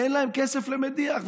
אין להם כסף למדיח.